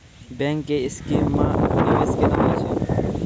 Bank के scheme मे निवेश केना होय छै?